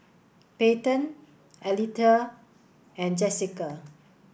Payten Aletha and Jesica